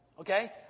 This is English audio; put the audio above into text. Okay